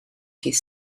dydd